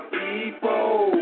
people